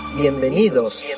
Bienvenidos